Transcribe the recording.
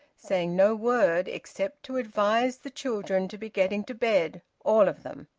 saying no word except to advise the children to be getting to bed, all of them.